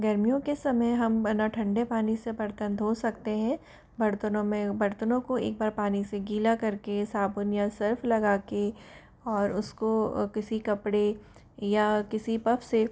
गर्मियों के समय हम ना ठंडे पानी से बर्तन धो सकते हैं बर्तनों में बर्तनों को एक बार पानी से गीला करके साबुन या सर्फ़ लगाके और उसको किसी कपड़े या किसी पफ़ से